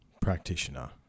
practitioner